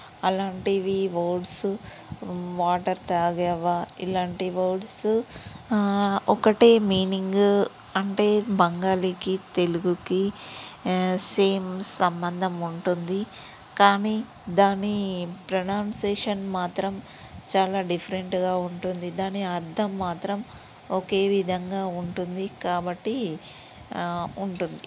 అలాంటివి words water తాగావా ఇలాంటి వోర్ద్సు ఒకటే మీనింగ్ అంటే బంగాలికి తెలుగుకి సేమ్ సంబంధం ఉంటుంది కానీ దాని ప్రొనౌన్సేషన్ మాత్రం చాలా డిఫరెంట్గా ఉంటుంది దాని అర్థం మాత్రం ఒకే విధంగా ఉంటుంది కాబట్టి ఉంటుంది